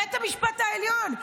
מבית המשפט העליון.